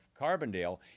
Carbondale